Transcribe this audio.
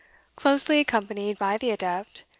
closely accompanied by the adept,